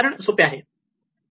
कारण सोपे आहे